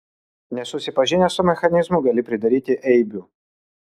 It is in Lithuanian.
nesusipažinęs su mechanizmu gali pridaryti eibių